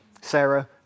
Sarah